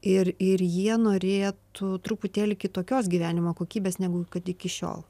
ir ir jie norėtų truputėlį kitokios gyvenimo kokybės negu kad iki šiol